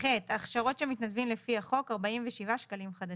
ההכשרות של מתנדבם לפי החוק - 47 שקלים חדשים,